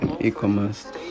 e-commerce